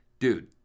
Dude